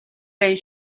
байна